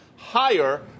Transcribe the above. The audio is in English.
higher